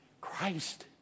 Christ